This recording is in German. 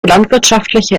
landwirtschaftliche